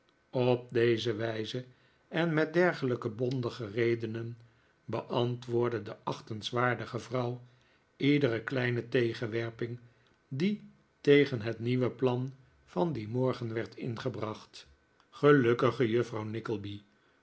op deze wijze en met dergelijke bondige redenen beantwoordde de achtenswaardige vrouw iedere kleine tegenwerping die tegen het nieuwe plan van dien morgen werd ingebracht gelukkige juffrouw